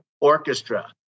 orchestra